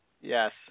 Yes